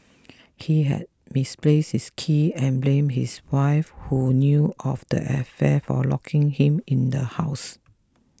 he had misplaced his keys and blamed his wife who knew of the affair for locking him in the house